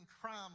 crime